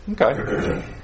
Okay